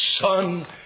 son